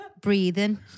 breathing